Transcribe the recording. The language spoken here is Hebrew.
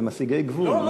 במסיגי גבול.